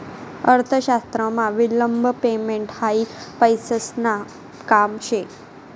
अर्थशास्त्रमा विलंब पेमेंट हायी पैसासन काम शे